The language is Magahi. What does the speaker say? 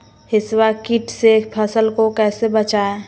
हिसबा किट से फसल को कैसे बचाए?